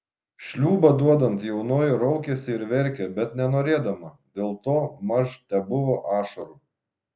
šliūbą duodant jaunoji raukėsi ir verkė bet nenorėdama dėl to maž tebuvo ašarų